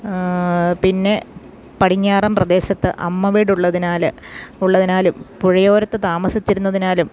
പിന്നെ പടിഞ്ഞാറൻ പ്രദേശത്ത് അമ്മവീടുള്ളതിനാൽ ഉള്ളതിനാലും പുഴയോരത്ത് താമസിച്ചിരുന്നതിനാലും